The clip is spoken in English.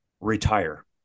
retire